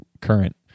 current